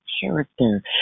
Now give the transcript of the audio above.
character